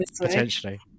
potentially